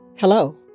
Hello